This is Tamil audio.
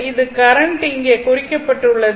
இது கரண்ட் இங்கே குறிக்கப்பட்டுள்ளது